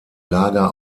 lager